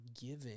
giving